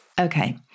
Okay